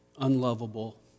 unlovable